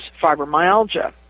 fibromyalgia